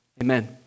Amen